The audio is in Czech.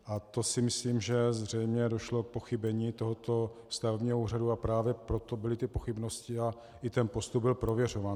A to si myslím, že zřejmě došlo k pochybení tohoto stavebního úřadu, a právě proto byly ty pochybnosti a i ten postup byl prověřován.